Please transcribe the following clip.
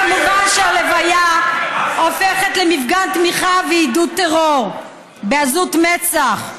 כמובן שהלוויה הופכת למפגן תמיכה ועידוד טרור בעזות מצח.